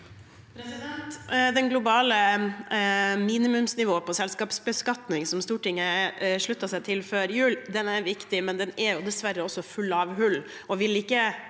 Det globale minimumsnivået på selskapsbeskatning som Stortinget sluttet seg til før jul, er viktig, men det er dessverre også fullt av hull